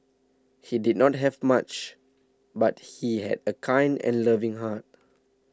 he did not have much but he had a kind and loving heart